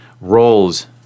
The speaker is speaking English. roles